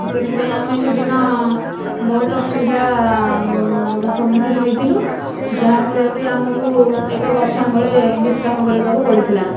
ତ ସେହିଥିପାଇଁ ବହୁତ ଅସୁବିଧାର ସମ୍ମୁଖୀନ ହୋଇଥିଲୁ ଯାହାଫଳରେ କି ଆମକୁ ଏକ ଗଛ ମୂଳେ ବିଶ୍ରାମ କରିବାକୁ ପଡ଼ିଥିଲା